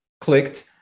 clicked